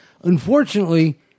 Unfortunately